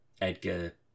Edgar